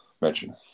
mention